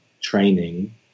training